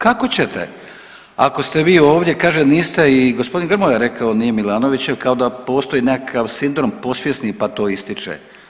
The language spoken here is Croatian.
Kako ćete ako ste vi ovdje kaže niste i gospodin Grmoja je rekao nije Milanovićev kao da postoji nekakav sindrom podsvjesni pa to ističe.